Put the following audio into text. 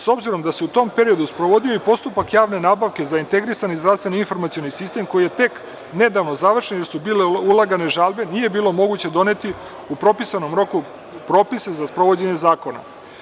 S obzirom da se u tom periodu sprovodio i postupak javne nabavke za integrisanje zdravstveni informacioni sistem koji je tek nedavno završen, jer su bile ulagane žalbe, nije bilo moguće doneti u propisanom roku propise za sprovođenje zakona.